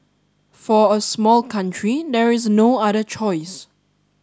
for a small country there is no other choice